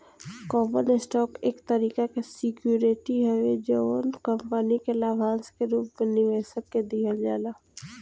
common stock एक तरीका के सिक्योरिटी हवे जवन कंपनी के लाभांश के रूप में निवेशक के दिहल जाला